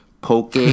poke